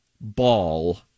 ball